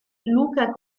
luca